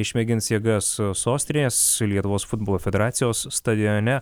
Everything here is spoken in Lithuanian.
išmėgins jėgas sostinėje su lietuvos futbolo federacijos stadione